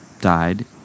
died